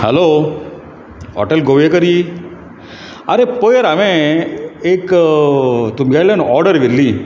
हालो hotel गोवेकरी आरे पयर हांवें एक तुमगेले ऑर्डर व्हेल्ली